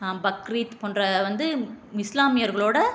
பக்ரீத் போன்ற வந்து இஸ்லாமியர்களோடய